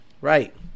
Right